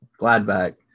Gladback